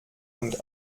und